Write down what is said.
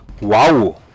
Wow